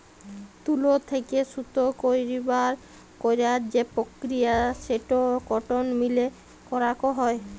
তুলো থেক্যে সুতো কইরার যে প্রক্রিয়া সেটো কটন মিলে করাক হয়